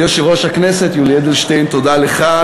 ליושב-ראש הכנסת יולי אדלשטיין, תודה לך.